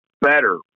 better